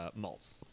malts